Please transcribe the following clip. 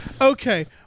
Okay